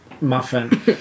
Muffin